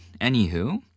anywho